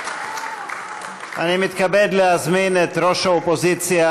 אני מתכבד להזמין את ראש האופוזיציה,